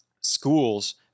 schools